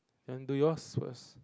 you wanna do yours first